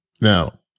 Now